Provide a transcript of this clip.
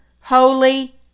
holy